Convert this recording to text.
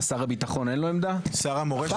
שר הביטחון, אין לו עמדה?